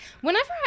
Whenever